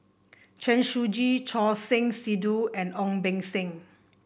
Chen Shiji Choor Singh Sidhu and Ong Beng Seng